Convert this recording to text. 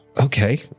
Okay